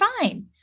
fine